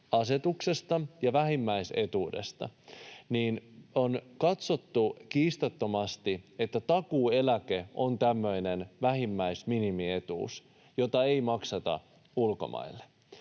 ja vähimmäisetuudesta, niin on katsottu kiistattomasti, että takuueläke on tämmöinen vähimmäis-, minimietuus, jota ei makseta ulkomaille.